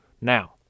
Now